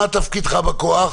מה תפקידך בכוח?